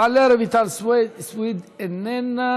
תעלה רויטל סויד, איננה.